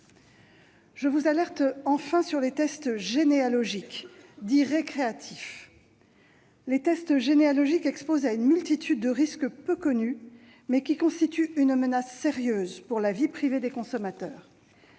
je vous alerte, enfin, sur les tests généalogiques dits « récréatifs ». Les tests généalogiques exposent à une multitude de risques peu connus, mais qui constituent une menace sérieuse pour la vie privée des consommateurs.